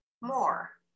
more